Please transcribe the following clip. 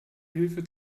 hilfe